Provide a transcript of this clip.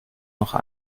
noch